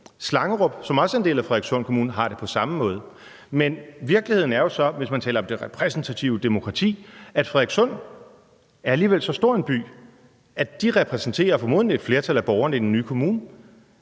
Slangerup, som også er en del af Frederikssund Kommune, har det på samme måde. Men virkeligheden er jo så, hvis man taler om det repræsentative demokrati, at Frederikssund alligevel er så stor en by, at de formodentlig repræsenterer et flertal af borgerne i den nye kommune.